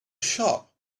shop